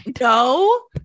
No